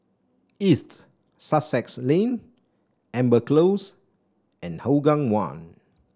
East Sussex Lane Amber Close and Hougang One